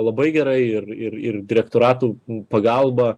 labai gerai ir ir ir direktoratų pagalba